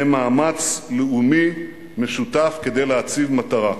במאמץ לאומי משותף כדי להציב מטרה: